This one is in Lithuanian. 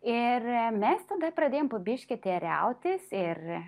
ir mes tada pradėjom po biškį teirautis ir